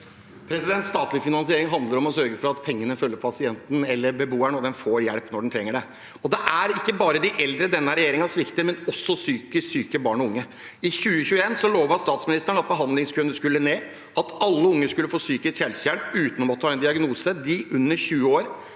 Statlig finansiering handler om å sørge for at pengene følger pasientene eller beboerne, og at de får hjelp når de trenger det. Det er ikke bare de eldre denne regjeringen svikter, men også psykisk syke barn og unge. I 2021 lovet statsministeren at behandlingskøene skulle ned, at alle unger skulle få psykisk helsehjelp uten å måtte ha en diagnose, at de som er